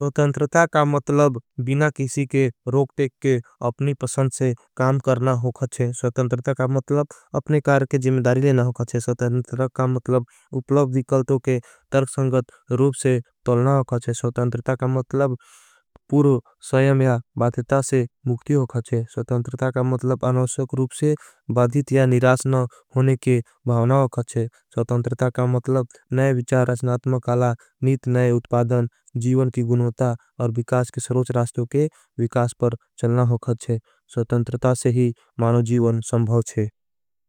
सौतंत्रता का मतलब बिना किसी के रोक टेक के अपनी पसंद। से काम करना होगा छें सौतंत्रता का मतलब अपने कार के। जिम्मदारी लेना होगा छें सौतंत्रता का मतलब उपलव दिकल्टों। के तरक संगत रोप से तलना होगा छें सौतंत्रता का मतलब। पूरो स्वयम या बादिता से मुखती होगा छें सौतंत्रता का मतलब। आनवस्यक रूप से बादित या निरासना होने के भावना होगा छें। सौतंत्रता का मतलब नय विचार असनात्मकाला नीत नय। उत्पादन जीवन की गुणवता और विकास के सरोच रास्तों के। विकास पर चलना होगा छें सौतंत्रता से ही मानो जीवन संभाव छें।